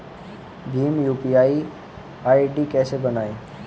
Bhim UPI ID कैसे बनाएं?